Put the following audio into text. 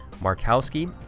Markowski